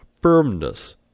Firmness